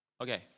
Okay